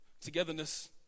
togetherness